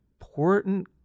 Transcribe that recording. important